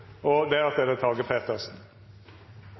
og deretter arbeidsliv? Våre barn er det